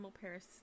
Paris